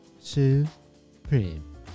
Supreme